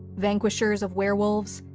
vanquishers of werewolves,